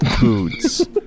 boots